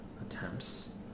attempts